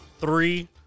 three